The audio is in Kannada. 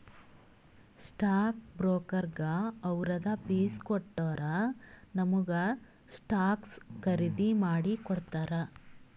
ಸ್ಟಾಕ್ ಬ್ರೋಕರ್ಗ ಅವ್ರದ್ ಫೀಸ್ ಕೊಟ್ಟೂರ್ ನಮುಗ ಸ್ಟಾಕ್ಸ್ ಖರ್ದಿ ಮಾಡಿ ಕೊಡ್ತಾರ್